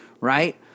right